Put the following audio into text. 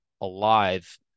alive